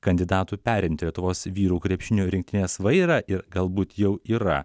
kandidatų perimti lietuvos vyrų krepšinio rinktinės vairą ir galbūt jau yra